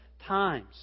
times